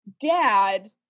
dad